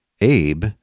Abe